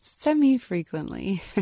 semi-frequently